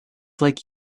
like